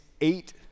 eight